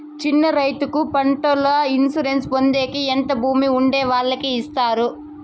చిన్న రైతుకు పంటల ఇన్సూరెన్సు పొందేకి ఎంత భూమి ఉండే వాళ్ళకి ఇస్తారు?